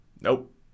Nope